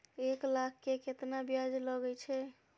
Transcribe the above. एक लाख के केतना ब्याज लगे छै?